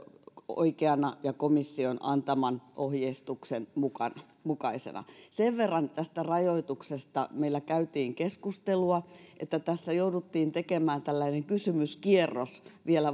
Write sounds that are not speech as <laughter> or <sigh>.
oikeana ja komission antaman ohjeistuksen mukaisena sen verran tästä rajoituksesta meillä käytiin keskustelua että tässä jouduttiin tekemään tällainen kysymyskierros varmistuskierros vielä <unintelligible>